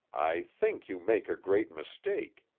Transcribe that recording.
i think you make a great mistake.